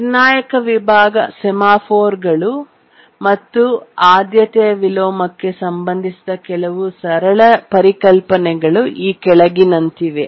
ನಿರ್ಣಾಯಕ ವಿಭಾಗ ಸೆಮಾಫೋರ್ಗಳು ಮತ್ತು ಆದ್ಯತೆಯ ವಿಲೋಮಕ್ಕೆ ಸಂಬಂಧಿಸಿದ ಕೆಲವು ಸರಳ ಪರಿಕಲ್ಪನೆಗಳು ಈ ಕೆಳಗಿನಂತಿವೆ